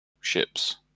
ships